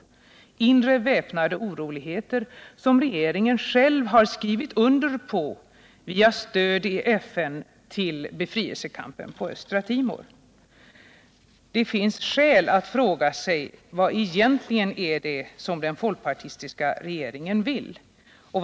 Att inre väpnade oroligheter pågår har regeringen själv skrivit under på via stöd i FN till befrielsekampen på Östra Timor. Det finns skäl att fråga sig vad den folkpartistiska regeringen egentligen vill för framtiden.